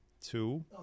two